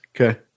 Okay